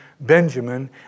Benjamin